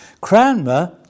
Cranmer